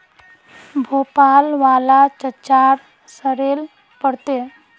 भोपाल वाला चाचार सॉरेल पत्ते